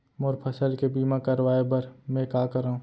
मोर फसल के बीमा करवाये बर में का करंव?